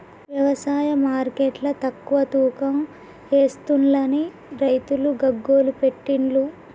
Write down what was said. వ్యవసాయ మార్కెట్ల తక్కువ తూకం ఎస్తుంలని రైతులు గగ్గోలు పెట్టిన్లు